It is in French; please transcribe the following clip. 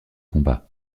combats